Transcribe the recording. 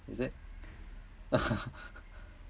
is it